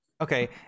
okay